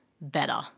better